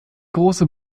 große